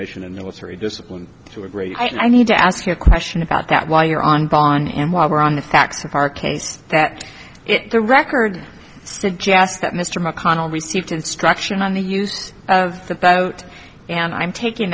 mission and military discipline to a great i need to ask you a question about that while you're on bond and while we're on the facts of our case that the record suggests that mr mcconnell received instruction on the use of the boat and i'm taking